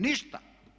Ništa!